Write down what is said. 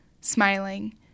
smiling